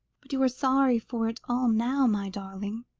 but you are sorry for it all now, my darling,